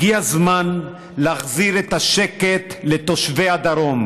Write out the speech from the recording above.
הגיע הזמן להחזיר את השקט לתושבי הדרום.